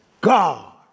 God